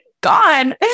gone